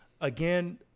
Again